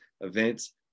events